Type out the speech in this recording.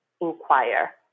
inquire